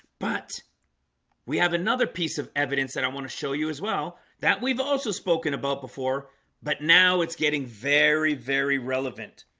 but we have another piece of evidence that i want to show you as well that we've also spoken about before but now it's getting very very relevant.